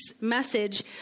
message